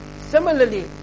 Similarly